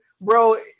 bro